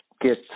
get